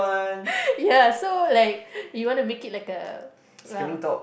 ya so like you wanna make it like a uh